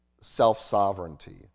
self-sovereignty